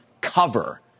cover